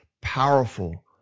powerful